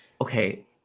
okay